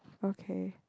okay